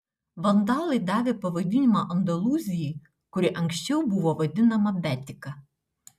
vandalai davė pavadinimą andalūzijai kuri anksčiau buvo vadinama betika